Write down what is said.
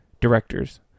directors